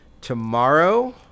tomorrow